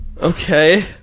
Okay